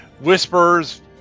whispers